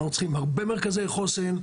אנחנו צריכים הרבה מרכזי חוסן.